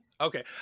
Okay